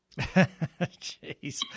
Jeez